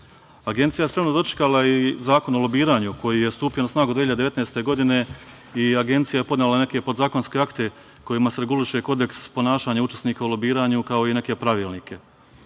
je spremno dočekala i Zakon o lobiranju koji je stupio na snagu 2019. godine i Agencija je podnela neke podzakonske akte kojima se reguliše kodeks ponašanja učesnika u lobiranju, kao i neke pravilnike. Pošto